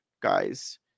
guys